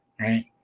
Right